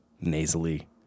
nasally